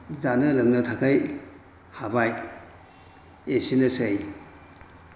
जानो लोंनो थाखाय हाबाय एसेनोसै